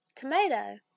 Tomato